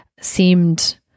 seemed